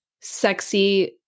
sexy